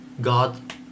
God